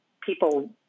people